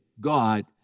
god